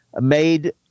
made